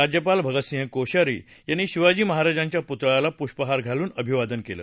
राज्यपाल भगतसिंग कोश्यारी यांनी शिवाजी महाराजांच्या प्रतिमेला पुष्पहार घालून अभिवादन केलं